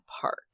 Park